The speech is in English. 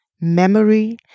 Memory